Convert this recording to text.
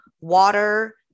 water